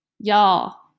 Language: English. Y'all